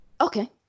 Okay